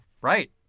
Right